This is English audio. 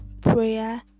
prayer